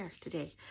today